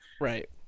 Right